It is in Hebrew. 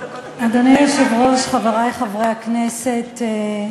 אדוני היושב-ראש, חברי חברי הכנסת,